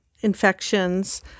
infections